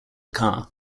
car